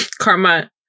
karma